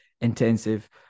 intensive